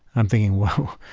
i'm thinking, well,